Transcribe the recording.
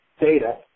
data